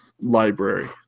library